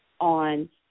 on